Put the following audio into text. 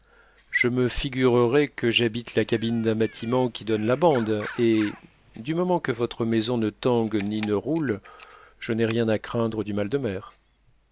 je me figurerai que j'habite la cabine d'un bâtiment qui donne la bande et du moment que votre maison ne tangue ni ne roule je n'ai rien à craindre du mal de mer